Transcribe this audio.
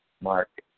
Mark